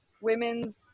women's